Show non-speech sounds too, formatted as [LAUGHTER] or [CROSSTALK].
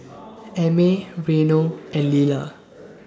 [NOISE] Amey Reino and Lilah